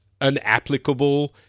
unapplicable